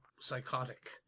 psychotic